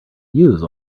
use